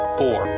four